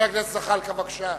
חבר הכנסת זחאלקה, בבקשה.